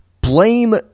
blame